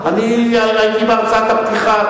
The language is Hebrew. אני בהרצאת הפתיחה,